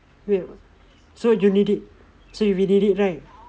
wait so you need it so you need it right